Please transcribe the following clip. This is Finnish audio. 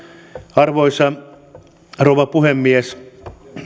arvoisa rouva puhemies